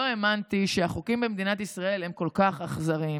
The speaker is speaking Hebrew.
לא האמנתי שהחוקים במדינת ישראל הם כל כך אכזריים.